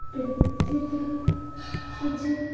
प्रसिद्ध कुछ